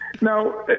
Now